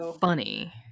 funny